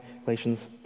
Galatians